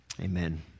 amen